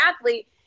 athlete